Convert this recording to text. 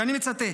ואני מצטט: